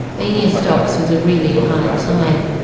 being in stocks was a really hard ah time.